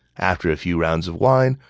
after a few rounds of wine,